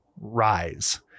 rise